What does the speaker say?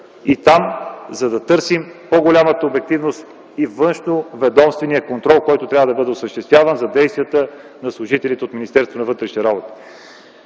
за да търсим по-голямата обективност и външноведомствения контрол, който трябва да бъде осъществяван, за действията на служителите от